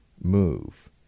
move